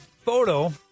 photo